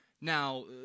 Now